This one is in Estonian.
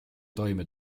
toime